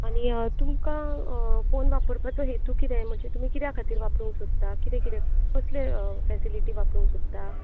आनी तुमकां फोन वापरपाचो हेतू कितें म्हणजे तुमी कित्याखातीर वापरूंक सोदतात कितें कितें कसले फॅसिलिटी वापरूंक सोदतात